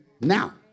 now